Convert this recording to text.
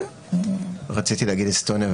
רציתי להגיד אסטוניה,